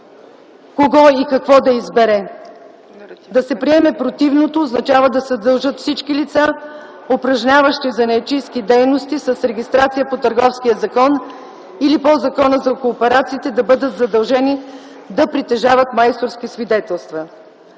кого и какво да избере. Да се приеме противното, означава да се задължат всички лица, упражняващи занаятчийски дейности, с регистрация по Търговския закон или по Закона за кооперациите, да бъдат задължени да притежават майсторски свидетелства.